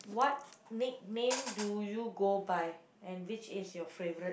what nickname do you go by and which is your favourite